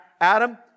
Adam